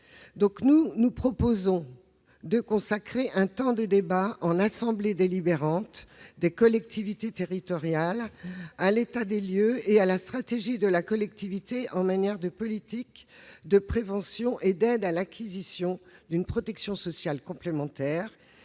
Nous proposons de consacrer un temps de débat des assemblées délibérantes des collectivités territoriales à l'état des lieux et à la stratégie de la collectivité en matière de prévention et d'aide à l'acquisition d'une protection sociale complémentaire,